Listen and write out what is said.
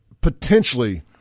potentially